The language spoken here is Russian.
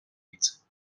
лиц